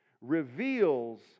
reveals